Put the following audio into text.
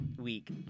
Week